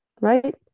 right